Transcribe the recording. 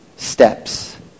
Steps